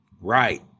Right